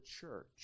church